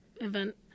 event